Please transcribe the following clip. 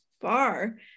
far